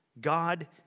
God